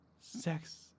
Sex